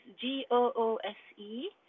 G-O-O-S-E